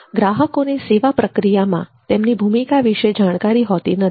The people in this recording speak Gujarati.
ગ્રાહકોને સેવા પ્રક્રિયામાં તેમની ભૂમિકા વિશે જાણકારી હોતી નથી